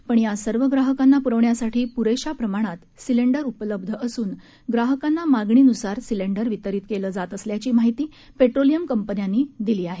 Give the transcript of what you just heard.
पण या सर्व ग्राहकांना पुरविण्यासाठी पुरेशा प्रमाणात सिलेंडर उपलब्ध असून ग्राहकांना मागणीनुसार सिलेंडर वितरीत केले जात असल्याची माहिती पेट्रोलियम कंपन्यांनी दिली आहे